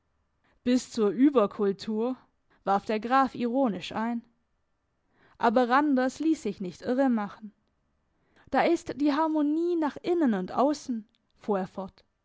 bis zur überkultur warf der graf ironisch ein aber randers liess sich nicht irre machen da ist harmonie nach innen und aussen fuhr